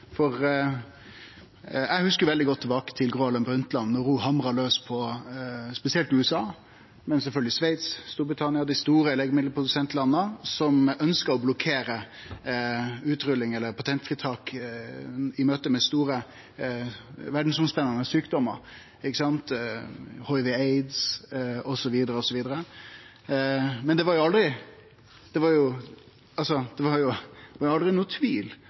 veldig godt tilbake til da Gro Harlem Brundtland hamra laus på spesielt USA, men sjølvsagt også Sveits, Storbritannia, dei store legemiddelprodusentlanda, som ønskte å blokkere utrulling eller patentfritak i møte med store sjukdomar som spende seg over heile verda – hiv, aids osv. Det var aldri noko tvil om at Noreg var